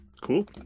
cool